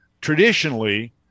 traditionally